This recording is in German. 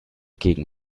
gegen